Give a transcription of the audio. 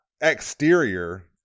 exterior